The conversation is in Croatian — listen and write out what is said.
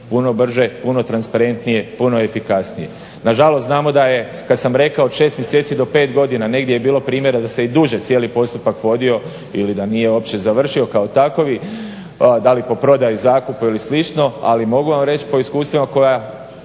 puno brže, puno transparentnije, puno efikasnije. Nažalost znamo da je kad sam rekao od šest mjeseci do pet godina. Negdje je bilo primjera da se i duže cijeli postupak vodio ili da nije uopće završio kao takovi da li po prodaji zakupa ili slično ali mogu vam reći po iskustvima koja